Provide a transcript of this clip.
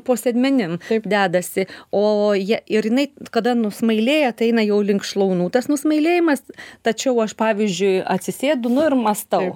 po sėdmenim dedasi o ją ir jinai kada nusmailėja tai eina jau link šlaunų tas nusmailėjimas tačiau aš pavyzdžiui atsisėdu nu ir mąstau